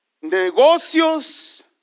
Negocios